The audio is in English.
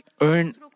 earn